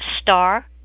star